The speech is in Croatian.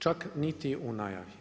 Čak, niti u najavi.